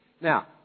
Now